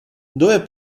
dove